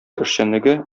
эшчәнлеге